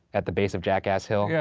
at the base of jackass hill? yeah,